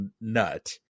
nut